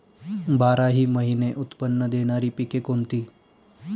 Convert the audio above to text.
बाराही महिने उत्त्पन्न देणारी पिके कोणती?